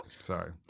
Sorry